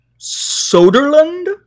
Soderlund